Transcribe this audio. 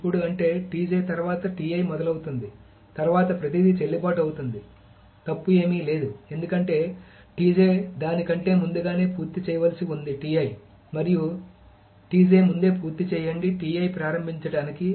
ఇప్పుడు అంటే తర్వాత మొదలవుతుంది తర్వాత ప్రతిదీ చెల్లుబాటు అవుతుంది తప్పు ఏమీ లేదు ఎందుకంటే దాని కంటే ముందుగానే పూర్తి చేయాల్సి ఉంది మరియు ముందే పూర్తి చేయండి ప్రారంభించడానికి